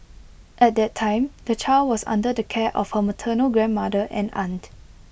at that time the child was under the care of her maternal grandmother and aunt